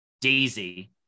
Daisy